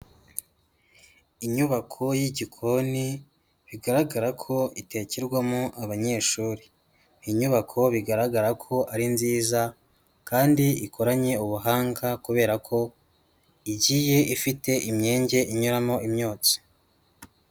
Inyubako y'igikoni bigaragara ko itekerwamo abanyeshuri, inyubako bigaragara ko ari nziza kandi ikoranye ubuhanga kubera ko igiye ifite imyenge inyuramo imyotsi.